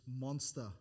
monster